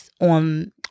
on